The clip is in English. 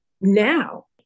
now